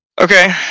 Okay